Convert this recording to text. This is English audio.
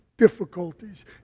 difficulties